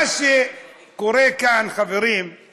מה שקורה כאן, חברים הוא